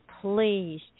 please